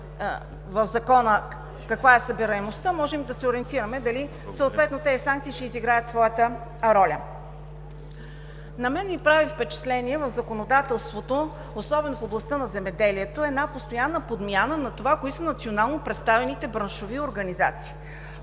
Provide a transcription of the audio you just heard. в Закона, каква е събираемостта, можем да се ориентираме дали съответно тези санкции ще изиграят своята роля. На мен ми прави впечатление в законодателството, особено в областта на земеделието, една постоянна подмяна на това кои са национално представените браншови организации.